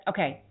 Okay